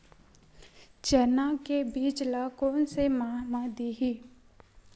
चना के बीज ल कोन से माह म दीही?